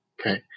Okay